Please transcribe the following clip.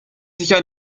sicher